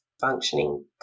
functioning